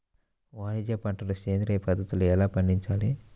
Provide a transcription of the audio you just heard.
వాణిజ్య పంటలు సేంద్రియ పద్ధతిలో ఎలా పండించాలి?